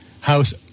house